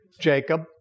Jacob